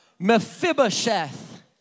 Mephibosheth